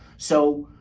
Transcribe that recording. so